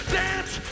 dance